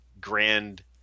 grand